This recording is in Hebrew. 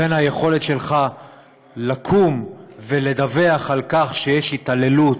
בין היכולת שלך לקום ולדווח על כך שיש התעללות